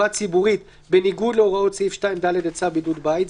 ציבורית בניגוד להוראות סעיף 2(ד) לצו בידוד בית.